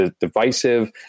divisive